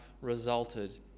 resulted